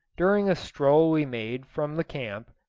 during a stroll we made from the camp,